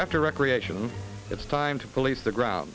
after recreation it's time to police the ground